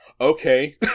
okay